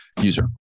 user